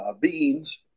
beans